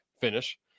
finish